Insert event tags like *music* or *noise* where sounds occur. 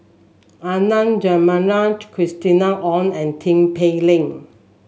Adan Jimenez *unintelligible* Christina Ong and Tin Pei Ling